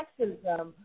sexism